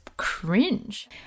Cringe